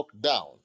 lockdown